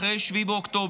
אחרי 7 באוקטובר,